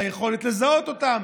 היכולת לזהות אותם,